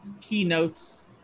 keynotes